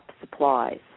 supplies